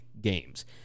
games